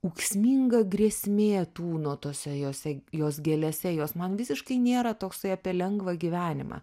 ūksminga grėsmė tūno tuose jose jos gėlėse jos man visiškai nėra toksai apie lengvą gyvenimą